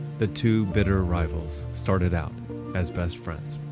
the two bitter rivals started out as best friends.